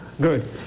Good